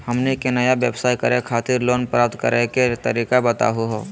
हमनी के नया व्यवसाय करै खातिर लोन प्राप्त करै के तरीका बताहु हो?